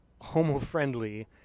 homo-friendly